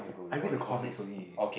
I read the comics only